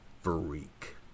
freak